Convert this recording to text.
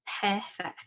Perfect